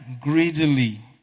greedily